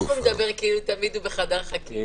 איך הוא מדבר תמיד כאילו הוא בחדר חקירות.